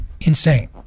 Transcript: Insane